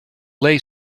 lay